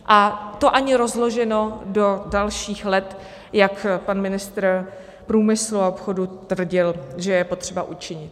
A to ani rozloženo do dalších let, jak pan ministr průmyslu a obchodu tvrdil, že je potřeba učinit.